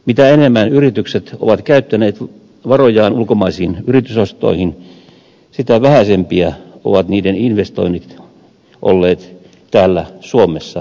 mitä enemmän yritykset ovat käyttäneet varojaan ulkomaisiin yritysostoihin sitä vähäisempiä ovat niiden investoinnit olleet täällä suomessa kotimaassa